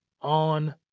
on